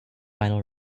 final